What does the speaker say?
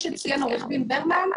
כפי שציין עורך דין ברמן,